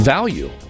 Value